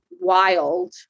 wild